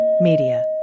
media